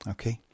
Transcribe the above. Okay